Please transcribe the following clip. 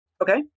Okay